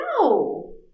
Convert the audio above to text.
no